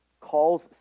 calls